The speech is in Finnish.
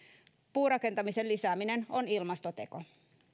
puurakentamisen lisääminen on ilmastoteko